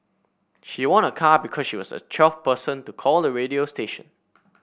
she won a car because she was the twelfth person to call the radio station